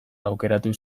aukeratu